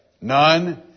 None